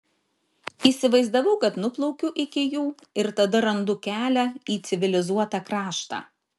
įsivaizdavau kad nuplaukiu iki jų ir tada randu kelią į civilizuotą kraštą